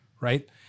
right